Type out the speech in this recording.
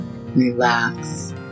relax